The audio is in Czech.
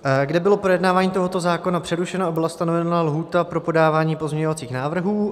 Kde bylo projednávání tohoto zákona přerušeno a byla stanovena lhůta pro podávání pozměňovacích návrhů.